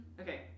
Okay